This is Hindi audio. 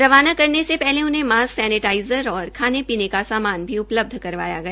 रवाना करने से पहले उन्हें मास्क सैनेटाइज़र और खाने पीने का सामान भी उपलब्ध करवाया गया